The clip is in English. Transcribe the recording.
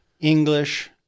English